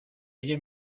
oye